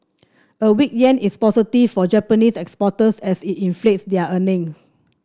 a weak yen is positive for Japanese exporters as it inflates their earning